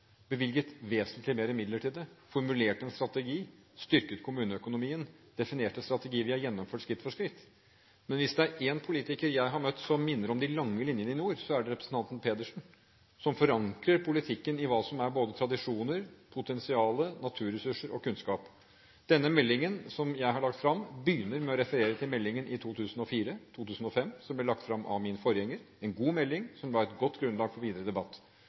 bevilget vesentlig mer midler til den, formulerte en strategi, styrket kommuneøkonomien og definerte strategien vi har gjennomført skritt for skritt. Men hvis det er én politiker jeg har møtt som minner om de lange linjene i nord, er det representanten Pedersen, som forankrer politikken i hva som er både tradisjoner, potensial, naturressurser og kunnskap. Denne meldingen jeg har lagt fram, begynner med å referere til meldingen fra 2004–2005, som ble lagt fram av min forgjenger – en god melding som la et godt grunnlag for videre debatt.